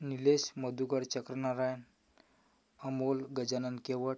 Nilesh Madhukar Chakranarayan Amol Gajanan Kewat